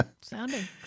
Sounding